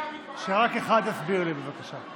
זזו מקום אחד, אורלי, שרק אחד יסביר לי, בבקשה.